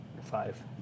Five